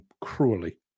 cruelly